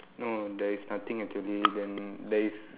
no there is nothing actually then there is